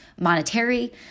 monetary